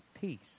peace